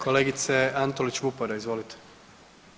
Kolegice Antolić Vupora, izvolite.